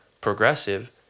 progressive